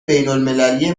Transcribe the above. بینالمللی